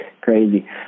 crazy